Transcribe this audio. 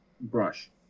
brush